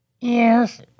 Yes